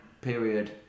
period